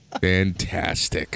fantastic